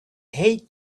hate